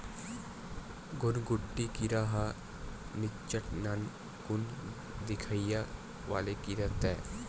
घुनघुटी कीरा ह निच्चट नानकुन दिखइया वाले कीरा ताय